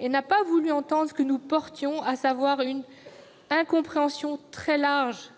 et n'a pas voulu entendre ce que nous exprimions, à savoir une incompréhension très large-